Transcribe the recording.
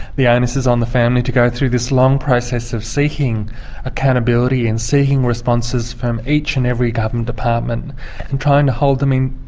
the onus is on the family to go through this long process of seeking accountability and seeking responses from each and every government department and trying to hold them in,